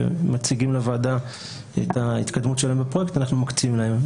ומציגים לוועדה את ההתקדמות שלהם בפרויקט אנחנו מקצים להם.